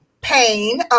pain